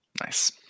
Nice